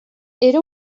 era